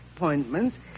appointments